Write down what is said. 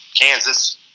Kansas